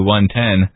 110